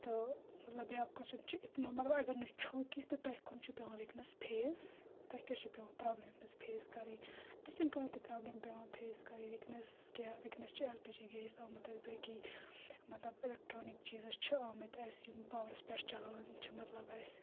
تہٕ مَطلَب بیاکھ کوسچَس چھِ مَلطَب اَگَر نہٕ چھُ کیٚنٛہہ تہٕ تۄہہِ کٕم چھِ پیٚوان ونٛکیٚنَس فیس تۄہہِ کیاہ چھِ پیٚوان پرابلِم ونٛکیٚنَس فیٚس کَرٕنۍ اَسہِ چھنہٕ کہینۍ تہِ پرابلِم پیٚوان فیس کَرٕنۍ وُنکیٚنَس کہِ وُنکیٚنَس چِھِ ایٚل پی جی گیس آمُت حظ باقٕے مَطلَب اِلیٚکٹرانِک چیزَس چھِ آمُت اَسہِ یِم پاورَس پؠٹھ چھِ چَلان چِِھ مَطلَب اسہِ